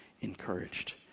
encouraged